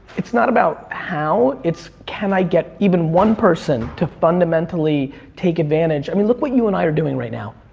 it's not about how, it's can i get even one person to fundamentally take advantage. i mean look at what you and i are doing right now.